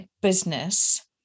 business